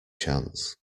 chance